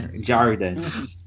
Jordan